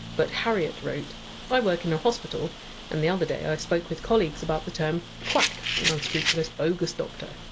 but harriet wrote i work in a hospital and the other day i spoke with colleagues about the term! quack, an unscrupulous, bogus doctor.